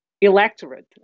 electorate